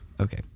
Okay